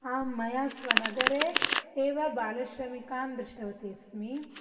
आम् मया स्वनगरे एव बालश्रमिकां दृष्ट्ववती अस्मि